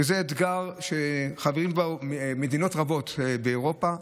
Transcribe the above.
שזה אתגר שחברות בו מדינות רבות באירופה.